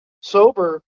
sober